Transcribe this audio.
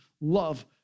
love